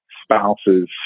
spouses